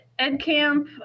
EdCamp